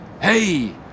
Hey